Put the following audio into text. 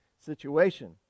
situation